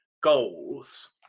goals